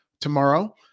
tomorrow